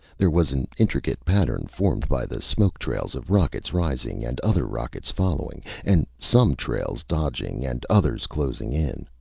there was an intricate pattern formed by the smoke trails of rockets rising and other rockets following, and some trails dodging and others closing in.